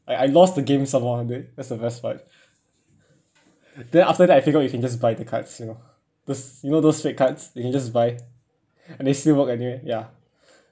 I I lost the game some more one day that's the best part then after that I figure out you can just buy the cards you know those you know those fake cards you can just buy and they still work anyway ya